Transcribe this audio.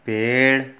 पेड़